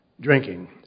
drinking